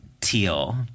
teal